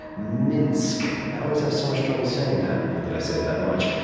minsk. i always have so much trouble saying that. not that i say it that much.